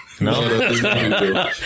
No